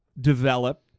develop